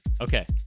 Okay